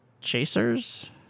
chasers